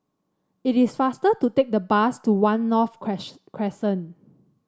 it is faster to take the bus to One North Crescent